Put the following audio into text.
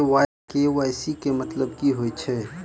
KYC केँ मतलब की होइ छै?